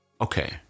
okay